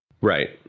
Right